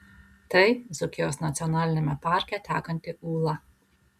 tai dzūkijos nacionaliniame parke tekanti ūla